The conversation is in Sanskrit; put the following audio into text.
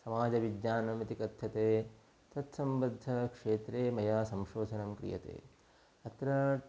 समाजविज्ञानम् इति कथ्यते तत्सम्बद्धक्षेत्रे मया संशोधनं क्रियते अत्र